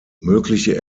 mögliche